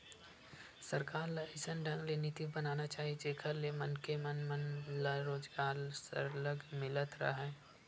सरकार ल अइसन ढंग के नीति बनाना चाही जेखर ले मनखे मन मन ल रोजगार सरलग मिलत राहय